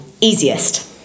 easiest